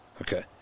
Okay